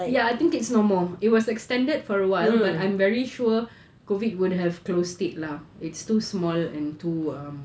ya I think it's no more it was extended for awhile but I'm very sure COVID would have closed it lah it's too small and too um